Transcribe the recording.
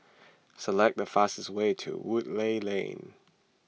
select the fastest way to Woodleigh Lane